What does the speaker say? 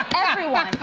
everyone!